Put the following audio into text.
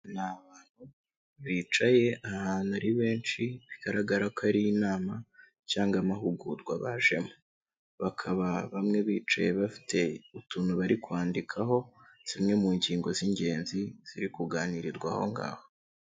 Ni abantu bicaye ahantu ari benshi, bigaragara ko ari inama, cyangwa amahugurwa bajemo, bakaba bamwe bicaye bafite utuntu bari kwandikaho, zimwe mu ngingo z'ingenzi, ziri kuganirwa aho ngaho.